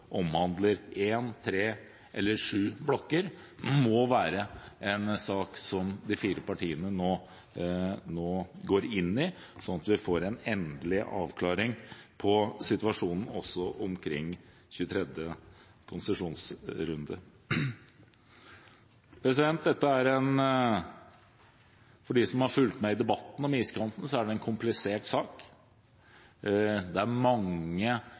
omhandler én, tre eller sju blokker, må være en sak som de fire partiene nå går inn i, sånn at vi får en endelig avklaring på situasjonen også omkring 23. konsesjonsrunde. Dette er, for dem som har fulgt med i debatten om iskanten, en komplisert sak. Det er mange